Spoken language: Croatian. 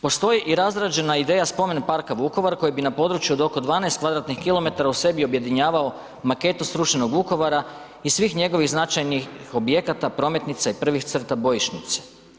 Postoji i razrađena ideja spomen parka Vukovar koji bi na području od oko 12 kvadratnih kilometara u sebi objedinjavao maketu srušenog Vukovara i svih njegovih značajnih objekata, prometnica i prvih crta bojišnice.